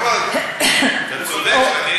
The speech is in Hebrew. -- אבל --- אתה צודק.